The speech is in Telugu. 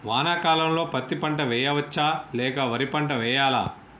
వానాకాలం పత్తి పంట వేయవచ్చ లేక వరి పంట వేయాలా?